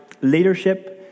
leadership